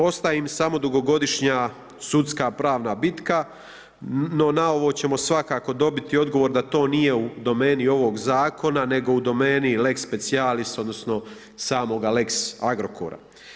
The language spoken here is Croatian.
Ostaje im samo dugogodišnja sudska pravna bitka, no na ovo ćemo svakako dobiti odgovor da to nije u domeni ovog zakona, nego u domeni lex specijalis, odnosno samoga lex Agrokora.